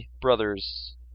Brothers